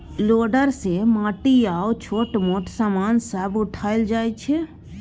loader सँ माटि आ छोट मोट समान सब उठाएल जाइ छै